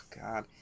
god